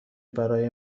برای